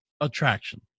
attraction